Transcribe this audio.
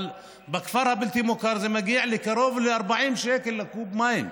אבל בכפר הבלתי-מוכר זה מגיע קרוב ל-40 שקל לקוב מים.